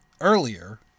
earlier